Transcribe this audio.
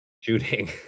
shooting